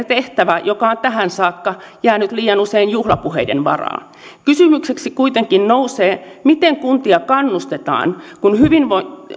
tehtävä joka on tähän saakka jäänyt liian usein juhlapuheiden varaan kysymykseksi kuitenkin nousee miten kuntia kannustetaan kun